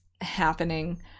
happening